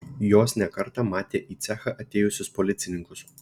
jos ne kartą matė į cechą atėjusius policininkus